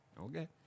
Okay